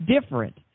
different